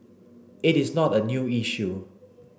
it is not a new issue